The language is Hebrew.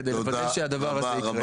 כדי לוודא שהדבר הזה יקרה.